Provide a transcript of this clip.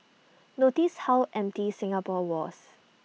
notice how empty Singapore was